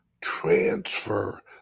transfer